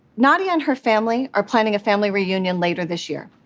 nadia and her family are planning a family reunion later this year.